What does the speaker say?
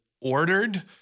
ordered